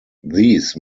these